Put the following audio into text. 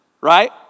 right